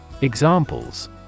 Examples